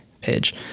page